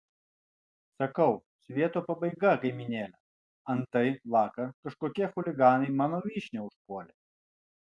sakau svieto pabaiga kaimynėle antai vakar kažkokie chuliganai mano vyšnią užpuolė